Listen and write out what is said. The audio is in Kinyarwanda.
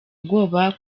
ubwoba